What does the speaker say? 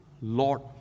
Lord